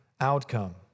outcome